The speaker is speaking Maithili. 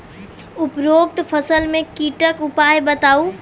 उपरोक्त फसल मे कीटक उपाय बताऊ?